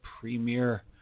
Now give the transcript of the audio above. premier